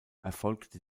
erfolgte